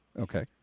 Okay